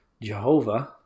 Jehovah